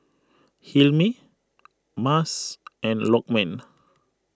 Hilmi Mas and Lokman